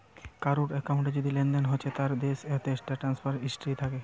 কারুর একাউন্টে যদি লেনদেন হচ্ছে তার শেষ দশটা ট্রানসাকশান হিস্ট্রি থাকে